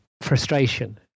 frustration